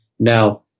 Now